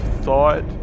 thought